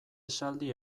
esaldi